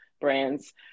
brands